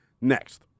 next